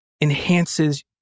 enhances